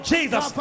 Jesus